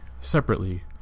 separately